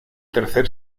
tercer